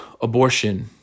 abortion